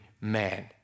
man